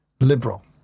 liberal